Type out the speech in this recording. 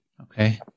okay